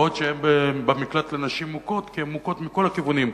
והן במקלט לנשים מוכות כי הן מוכות מכל הכיוונים: